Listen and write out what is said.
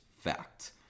fact